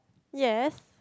yes